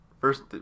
First